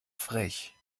frech